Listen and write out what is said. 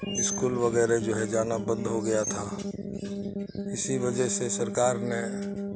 school وغیرہ جو ہے جانا بند ہو گیا تھا اسی وجہ سے سرکار نے